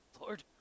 Lord